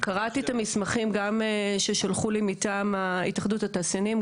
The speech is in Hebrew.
קראתי את המסמכים גם ששלחו לי מטעם ההתאחדות התעשיינים,